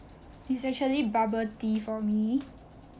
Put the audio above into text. it's actually bubble tea for me